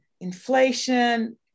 inflation